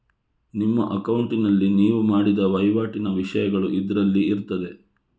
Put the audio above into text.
ನಿಮ್ಮ ಅಕೌಂಟಿನಲ್ಲಿ ನೀವು ಮಾಡಿದ ವೈವಾಟಿನ ವಿಷಯಗಳು ಇದ್ರಲ್ಲಿ ಇರ್ತದೆ